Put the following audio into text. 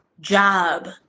job